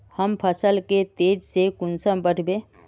हम फसल के तेज से कुंसम बढ़बे?